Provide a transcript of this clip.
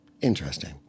interesting